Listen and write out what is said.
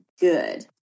good